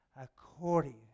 according